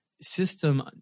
system